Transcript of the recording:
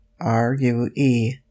R-U-E